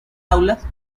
aulas